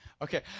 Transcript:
Okay